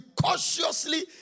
cautiously